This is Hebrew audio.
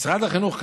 משרד החינוך,